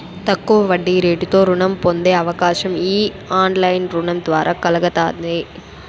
తక్కువ వడ్డీరేటుతో రుణం పొందే అవకాశం ఈ ఆన్లైన్ రుణం ద్వారా కల్గతాంది